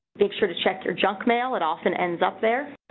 make sure to check your junk mail. it often ends up there.